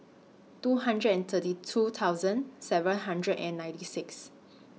two hundred and thirty two thousand seven hundred and ninety six